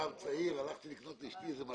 הרבע שעה נעשתה